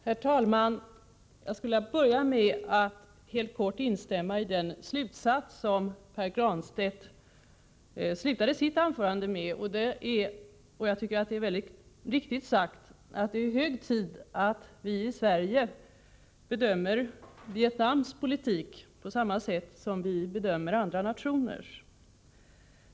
Herr talman! Jag skulle vilja börja med att helt kort instämma i den slutsats som Pär Granstedt avslutade sitt anförande med. Den var — och jag tycker att det är mycket riktigt sagt — att det är hög tid att vi i Sverige bedömer Vietnams politik på samma sätt som vi bedömer andra nationers.